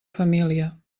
família